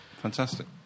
Fantastic